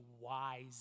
wise